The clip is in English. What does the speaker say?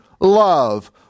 love